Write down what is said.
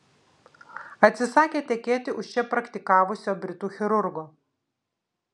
atsisakė tekėti už čia praktikavusio britų chirurgo